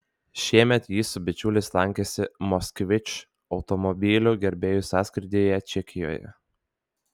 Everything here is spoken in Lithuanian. šiemet jis su bičiuliais lankėsi moskvič automobilių gerbėjų sąskrydyje čekijoje